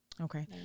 Okay